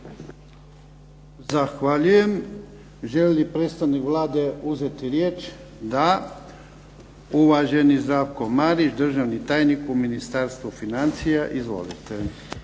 Zahvaljujem. Žele li predstavnik Vlade uzeti riječ? Da. Uvaženi Zdravko Marić, državni tajnik u Ministarstvu financija. **Marić,